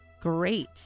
Great